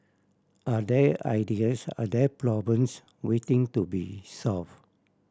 are there ideas are there problems waiting to be solved